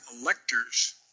electors